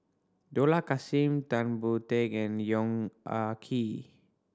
Dollah Kassim Tan Boon Teik and Yong Ah Kee